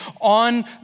on